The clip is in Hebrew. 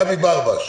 גבי ברבש.